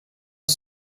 est